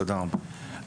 תודה רבה.